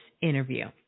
interview